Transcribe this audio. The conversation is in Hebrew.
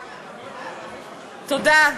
תודה.